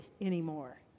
anymore